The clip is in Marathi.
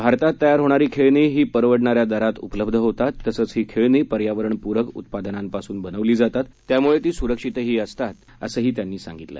भारतात तयार होणारी खेळणी ही परवडणाऱ्या दरात उपलब्ध होतात तसंच ही खेळणी पर्यावरणपूरक उत्पादनांपासून बनवली जातात त्यामुळे ती सुरक्षितही असतात असं त्यांनी सांगितलं